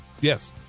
Yes